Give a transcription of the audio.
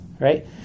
right